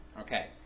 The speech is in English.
Okay